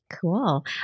Cool